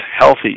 healthy